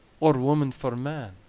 or woman for man?